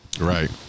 Right